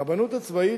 הרבנות הצבאית,